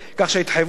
כך שההתחייבות